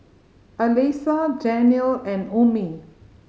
Alyssa Daniel and Ummi